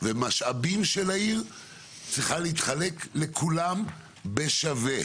ומשאבים של העיר צריכים להתחלק לכולם בשווה.